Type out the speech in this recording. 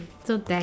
so that